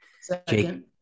Second